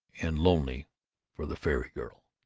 and lonely for the fairy girl.